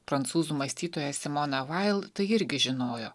prancūzų mąstytoja simona vail tai irgi žinojo